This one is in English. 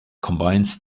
combines